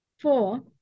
Four